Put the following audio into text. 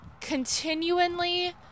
continually